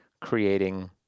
creating